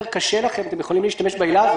קשה לכם אתם יכולים להשתמש בעילה הזו.